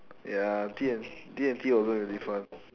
ya D and D and T wasn't really fun